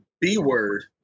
B-word